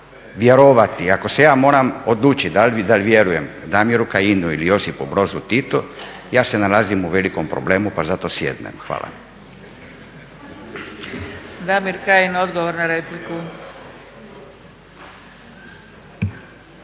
ako se ja moram odlučiti da li vjerujem Damiru Kajinu ili Josipu Brozu Titu ja se nalazim u velikom problemu pa zato sjednem. Hvala. **Zgrebec, Dragica